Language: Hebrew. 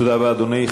תודה רבה, אדוני.